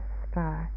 star